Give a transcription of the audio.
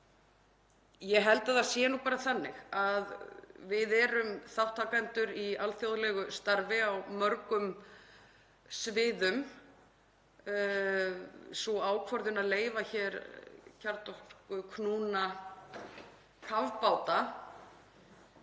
ég held að það sé bara þannig að við erum þátttakendur í alþjóðlegu starfi á mörgum sviðum. Sú ákvörðun að leyfa hér kjarnorkuknúna kafbáta